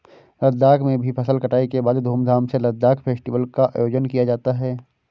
लद्दाख में भी फसल कटाई के बाद धूमधाम से लद्दाख फेस्टिवल का आयोजन किया जाता है